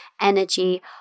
energy